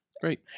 Great